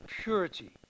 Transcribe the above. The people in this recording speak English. purity